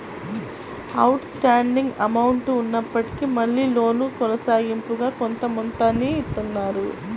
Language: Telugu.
అవుట్ స్టాండింగ్ అమౌంట్ ఉన్నప్పటికీ మళ్ళీ లోను కొనసాగింపుగా కొంత మొత్తాన్ని ఇత్తన్నారు